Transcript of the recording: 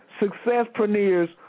successpreneurs